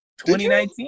2019